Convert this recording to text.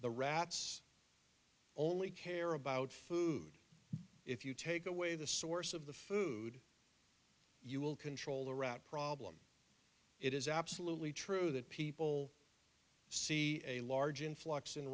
the rats only care about food if you take away the source of the food you will control the rat problem it is absolutely true that people see a large influx in